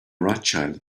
rothschild